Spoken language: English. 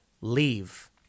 Leave